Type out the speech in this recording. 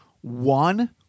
one